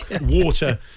water